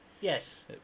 yes